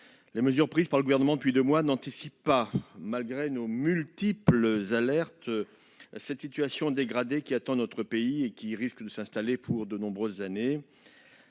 Les mesures prises par le Gouvernement depuis deux mois n'anticipent pas, malgré nos multiples alertes, cette situation dégradée qui attend notre pays et qui risque de s'installer pour de nombreuses années.